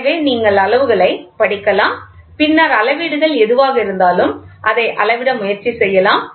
எனவே நீங்கள் அளவுகளை படிக்கலாம் பின்னர் அளவீடுகள் எதுவாக இருந்தாலும் அதை அளவிட முயற்சி செய்யலாம்